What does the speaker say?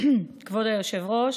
כבוד היושב-ראש,